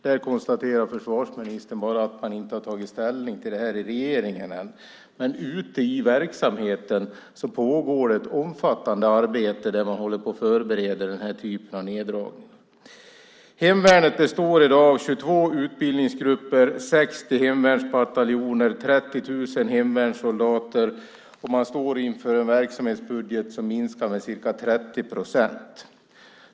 Där konstaterar försvarsministern bara att man i regeringen ännu inte tagit ställning till det. Ute i verksamheten pågår ett omfattande arbete med att förbereda den typen av neddragning. Hemvärnet består i dag av 22 utbildningsgrupper, 60 hemvärnsbataljoner och 30 000 hemvärnssoldater, och de står inför en verksamhetsbudget som minskar med ca 30 procent.